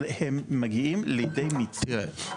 אבל הם מגיעים לידי מיצוי.